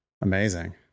Amazing